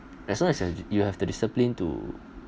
as long as you have the discipline to